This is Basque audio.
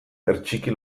hertsiki